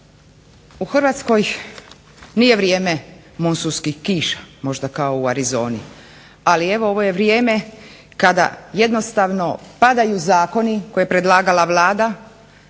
U Hrvatskoj nije vrijeme monsunskih kiša možda kao u Arizoni, ali evo ovo je vrijeme kada jednostavno padaju zakoni koje je predlagala Vlada.